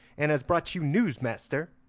and has brought you news, master.